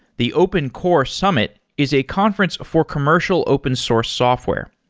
the open core summit is a conference before commercial open source software.